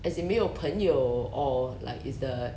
as in 没有朋友 or like is the